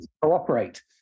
cooperate